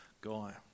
guy